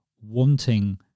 wanting